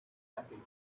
happy